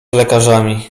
lekarzami